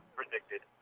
predicted